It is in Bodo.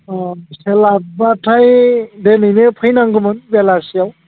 अह सोलाबबाथाय दिनैनो फैनांगौमोन बेलासियाव